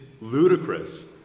ludicrous